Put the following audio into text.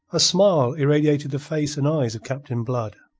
a smile irradiated the face and eyes of captain blood.